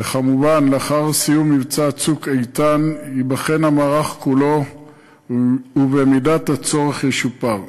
וכמובן לאחר סיום מבצע "צוק איתן" ייבחן המערך כולו ובמידת הצורך ישופר.